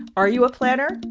are you a planner?